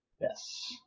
Yes